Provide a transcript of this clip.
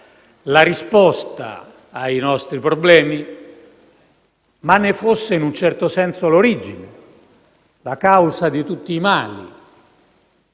la risposta ai nostri problemi ma, in un certo senso, ne era l'origine, la causa di tutti i mali,